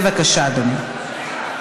בבקשה, אדוני.